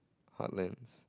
heartlands